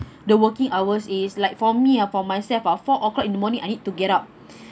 the working hours is like for me uh for myself ah four O'clock in morning I need to get up